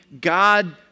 God